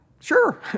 Sure